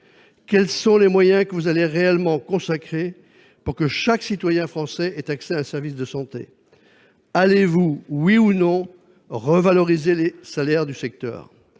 Quels sont les moyens que vous allez réellement consacrer pour que chaque citoyen français ait accès à un service de santé ? Allez-vous, oui ou non, revaloriser les salaires du secteur ?